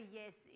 yes